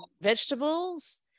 vegetables